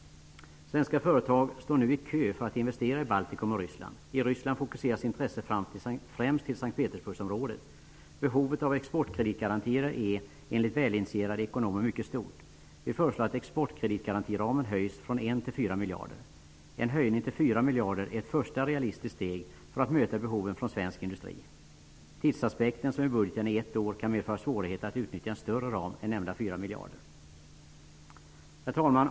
Svenska företag står nu i kö för att investera i Baltikum och Ryssland. I Ryssland fokuseras intresset främst till S:t Petersburgområdet. Behovet av exportkreditgarantier är enligt välinitierade ekonomer mycket stort. Vi föreslår att exportkreditgarantiramen höjs från 1 till 4 miljarder. En höjning till 4 miljarder är ett första realistiskt steg för att möta behoven från svensk industri. Den aktuella tidsperioden, som i budgeten är ett år, kan medföra svårigheter att utnyttja en större ram än nämnda 4 miljarder. Herr talman!